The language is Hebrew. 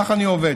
כך אני עובד.